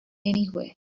anywhere